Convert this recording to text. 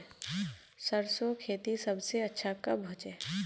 सरसों खेती सबसे अच्छा कब होचे?